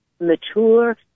mature